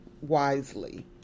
Wisely